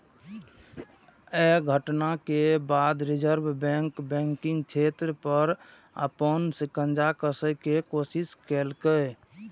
अय घटना के बाद रिजर्व बैंक बैंकिंग क्षेत्र पर अपन शिकंजा कसै के कोशिश केलकै